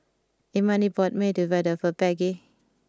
Imani bought Medu Vada for Peggie